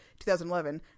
2011